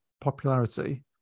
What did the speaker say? popularity